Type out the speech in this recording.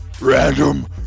random